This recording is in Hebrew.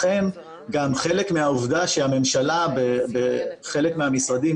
לכן גם חלק מהעובדה שהממשלה בחלק מהמשרדים